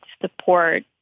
support